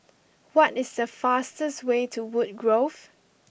what is the fastest way to Woodgrove